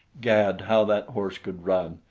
gad, how that horse could run!